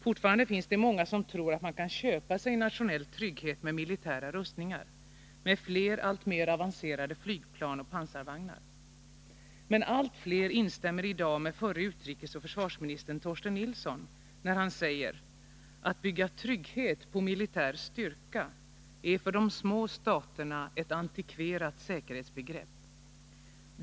Fortfarande finns det många som tror att man kan köpa sig nationell trygghet med militära rustningar, med fler alltmer avancerade flygplan och pansarvagnar. Men allt fler instämmer i dag med förre utrikesoch försvarsministern Torsten Nilsson, när han säger: ”Att bygga trygghet på militär styrka är för de små staterna ett antikverat säkerhetsbegrepp.